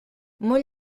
molt